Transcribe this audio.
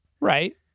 right